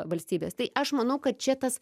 valstybės tai aš manau kad čia tas